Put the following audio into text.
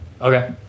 Okay